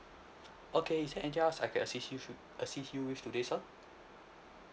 okay is there anything else I can assist you wi~ assist you with today sir